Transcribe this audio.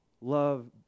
Love